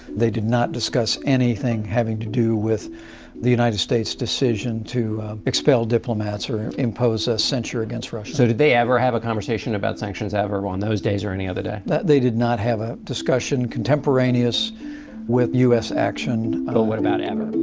they did not discuss anything having to do with the united states' decision to expel diplomats or impose a censure against russia so did they ever have a conversation about sanctions ever on those days or any other day? but they did not have a discussion contemporaneous with u s. action but what about ever?